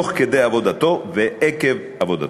תוך כדי עבודתו ועקב עבודתו.